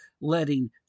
letting